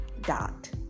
dot